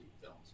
films